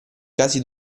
casi